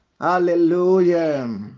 hallelujah